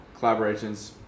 collaborations